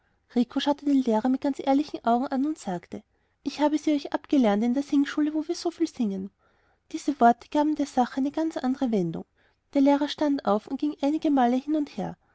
lehrer mit ganz ehrlichen augen an und sagte ich habe sie euch abgelernt in der singschule wo wir sie so viel singen diese worte gaben der sache eine ganz andere wendung der lehrer stand auf und ging einige male hin und her